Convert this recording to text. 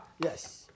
Yes